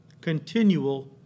continual